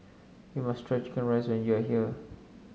you must try chicken rice when you are here